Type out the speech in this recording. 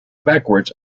backwards